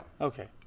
Okay